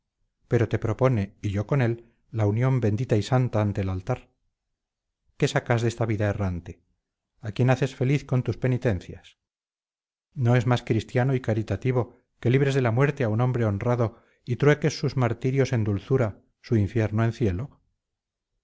pero te propone y yo con él la unión bendita y santa ante el altar qué sacas de esta vida errante a quién haces feliz con tus penitencias no es más cristiano y caritativo que libres de la muerte a un hombre honrado y trueques sus martirios en dulzura su infierno en cielo